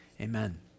Amen